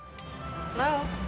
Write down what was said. Hello